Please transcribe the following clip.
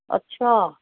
ਅੱਛਾ